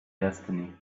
destiny